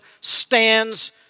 stands